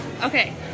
okay